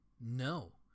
no